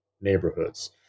neighborhoods